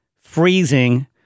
Freezing